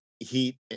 heat